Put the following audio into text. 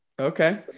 Okay